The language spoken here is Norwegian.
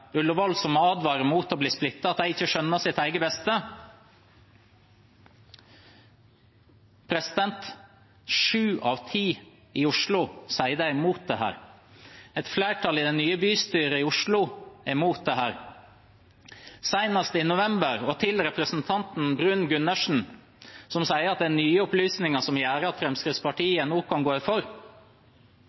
som advarer mot å bli splittet, ikke skjønner sitt eget beste. Sju av ti i Oslo sier at de er imot dette. Et flertall i det nye bystyret i Oslo er imot dette. Senest i november sa representanten Bruun-Gundersen at det var kommet nye opplysninger som gjorde at Fremskrittspartiet nå kunne være for. Representanten Bruun-Gundersen burde lytte til sine egne fremste helsepolitikere i